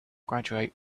graduate